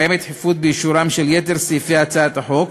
קיימת דחיפות באישורם של יתר סעיפי הצעת החוק,